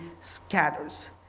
scatters